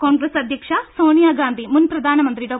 കോൺഗ്രസ് അധ്യക്ഷ സോണിയാഗാന്ധി മുൻ പ്രധാനമന്ത്രി ഡോ